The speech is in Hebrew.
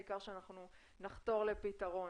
העיקר שאנחנו נחתור לפתרון.